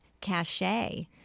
cachet